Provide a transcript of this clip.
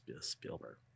Spielberg